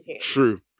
true